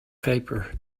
paper